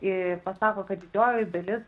pasako kad didžioji dalis